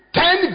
ten